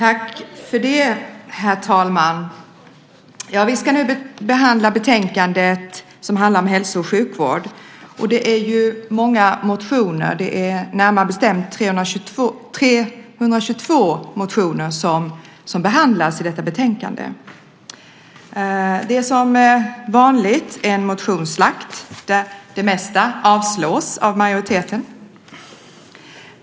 Herr talman! Vi ska nu debattera betänkandet som handlar om hälso och sjukvård. Där behandlas hela 322 motioner. Som vanligt förekommer en motionsslakt. Det mesta avstyrks av majoriteten.